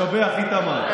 לשבח, איתמר.